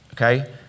okay